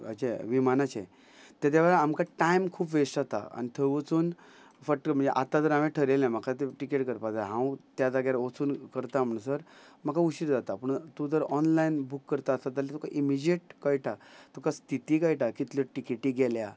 हाचे विमानाचे तेज्या वेळार आमकां टायम खूब वेस्ट जाता आनी थंय वचून फट्ट म्हणजे आतां जर हांवें ठरयलें म्हाका टिकेट करपाक जाय हांव त्या जाग्यार वचून करता म्हणसर म्हाका उशीर जाता पूण तूं जर ऑनलायन बूक करता आसत जाल्यार तुका इमिजियेट कळटा तुका स्थिती कळटा कितल्यो टिकेटी गेल्या